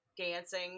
dancing